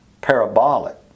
parabolic